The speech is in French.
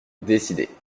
décidée